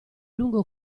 lungo